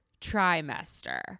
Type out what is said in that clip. trimester